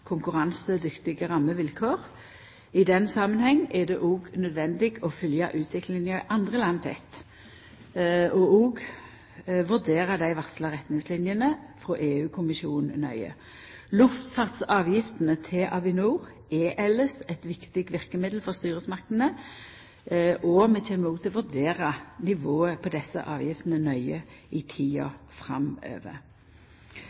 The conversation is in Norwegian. konkurransedyktige rammevilkår. I den samanhengen er det nødvendig å følgja utviklinga i andre land tett og òg vurdera dei varsla retningslinene frå EU-kommisjonen nøye. Luftfartsavgiftene til Avinor er elles eit viktig verkemiddel for styresmaktene, og vi vil vurdera nivået på desse avgiftene nøye i